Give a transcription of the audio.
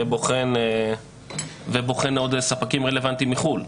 ובוחן עוד ספקים רלוונטיים מחו"ל.